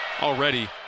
already